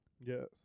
Yes